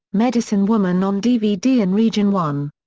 medicine woman on dvd in region one.